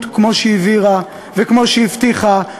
כמו שהממשלה העבירה וכמו שהיא הבטיחה.